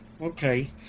okay